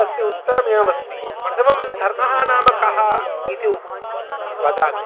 तस्य उत्तरमेवमस्ति प्रथमं धर्मः नाम कः इति वदामि